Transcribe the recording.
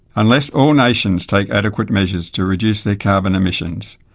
unless all nations take adequate measures to reduce their carbon emissions,